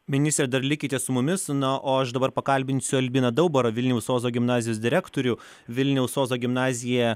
ministre dar likite su mumis na o aš dabar pakalbinsiu albiną daubarą vilniaus ozo gimnazijos direktorių vilniaus ozo gimnazija